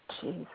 Jesus